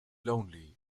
lonely